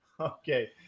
Okay